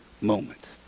moment